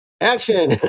action